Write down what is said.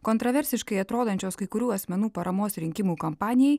kontraversiškai atrodančios kai kurių asmenų paramos rinkimų kampanijai